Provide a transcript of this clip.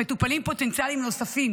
מטופלים פוטנציאליים נוספים.